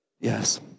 Yes